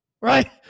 Right